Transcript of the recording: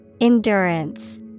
Endurance